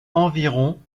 environ